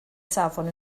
safon